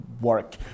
work